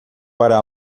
para